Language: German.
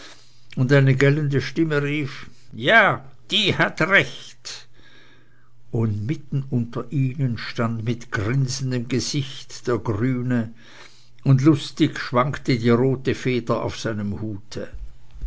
und eine gellende stimme rief ja die hat recht und mitten unter ihnen stand mit grinsendem gesicht der grüne und lustig schwankte die rote feder auf seinem hute